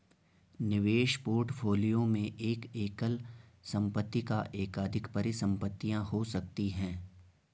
निवेश पोर्टफोलियो में एक एकल संपत्ति या एकाधिक परिसंपत्तियां हो सकती हैं